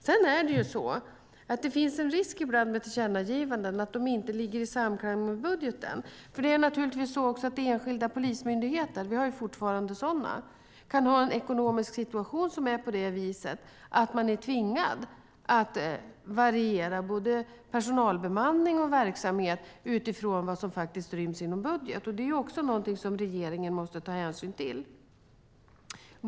Sedan finns det ibland en risk med tillkännagivanden, att de inte är i samklang med budgeten. Enskilda polismyndigheter - vi har ju fortfarande sådana - kan ha en ekonomisk situation som är sådan att man är tvingad att variera både personalbemanning och verksamhet utifrån vad som ryms inom budgeten. Det är också något som regeringen måste ta hänsyn till.